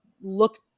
look